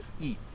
eat